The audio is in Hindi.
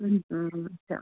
अच्छा